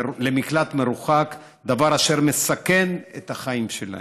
למקלט מרוחק, דבר אשר מסכן את החיים שלהן.